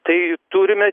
tai turime